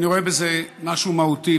אני רואה בזה משהו מהותי.